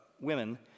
women